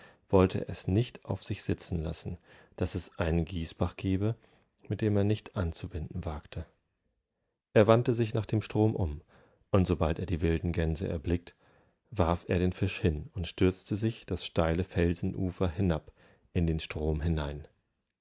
undaußerdemaucheinenwasserdichtenpelz wolltees nicht auf sich sitzen lassen daß es einen gießbach gebe mit dem er nicht anzubinden wagte er wandte sich nach dem strom um und sobald er die wilden gänse erblickt warf er den fisch hin und stürzte sich das steile felsenuferhinab indenstromhinein wärederfrühlingeinwenigweitervorgeschritten sodaßdienachtigallenim